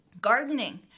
gardening